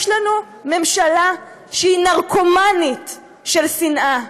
יש לנו ממשלה שהיא נרקומנית של שנאה.